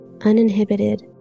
uninhibited